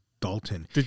Dalton